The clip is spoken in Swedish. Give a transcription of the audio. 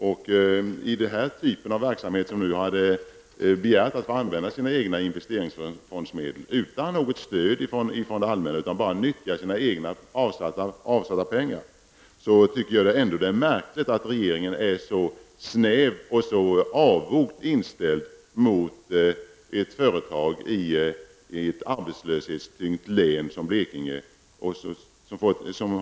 När det gäller den här typen av verksamhet där företag har begärt att få använda sina egna avsatta investeringsfondsmedel, utan något stöd från det allmänna, tycker jag att det är märkligt att regeringen är så snäv och så avogt inställd mot ett företag i ett arbetslöshetstyngt län som Blekinge.